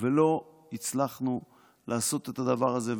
ולא הצלחנו לעשות את הדבר הזה.